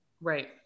Right